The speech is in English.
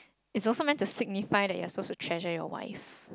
it's also meant to signify that you're suppose to treasure your wife